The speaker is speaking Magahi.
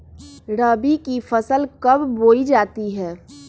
रबी की फसल कब बोई जाती है?